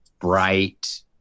bright